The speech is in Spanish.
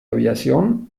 aviación